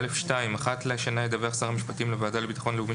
(א2)אחת לשנה ידווח שר המשפטים לוועדה לביטחון לאומי